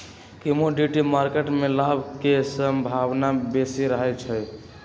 commodity market में लाभ के संभावना बेशी रहइ छै